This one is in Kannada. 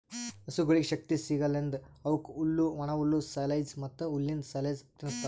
ಹಸುಗೊಳಿಗ್ ಶಕ್ತಿ ಸಿಗಸಲೆಂದ್ ಅವುಕ್ ಹುಲ್ಲು, ಒಣಹುಲ್ಲು, ಸೈಲೆಜ್ ಮತ್ತ್ ಹುಲ್ಲಿಂದ್ ಸೈಲೇಜ್ ತಿನುಸ್ತಾರ್